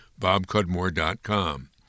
bobcudmore.com